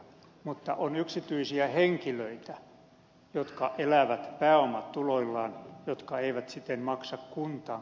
mutta on yksityisiä henkilöitä jotka elävät pääomatuloillaan ja jotka eivät siten maksa kuntaan